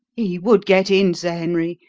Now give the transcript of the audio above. he would get in, sir henry,